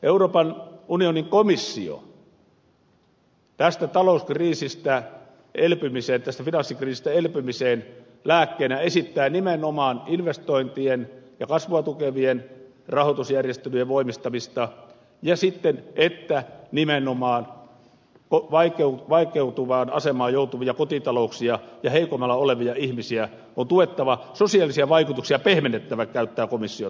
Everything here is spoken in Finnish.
euroopan unionin komissio tästä talouskriisistä elpymiseen tästä finanssikriisistä elpymiseen lääkkeenä esittää nimenomaan investointien ja kasvua tukevien rahoitusjärjestelyjen voimistamista ja sitä että nimenomaan vaikeutuvaan asemaan joutuvia kotitalouksia ja heikommalla olevia ihmisiä on tuettava sosiaalisia vaikutuksia pehmennettävä komissio käyttää tällaista ilmaisua